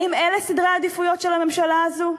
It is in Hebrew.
האם אלה סדרי העדיפויות של הממשלה הזו?